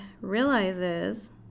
realizes